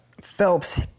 Phelps